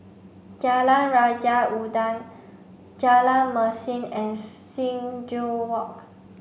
jalan Raja Udang Jalan Mesin and Sing Joo Walk